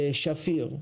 שפיר,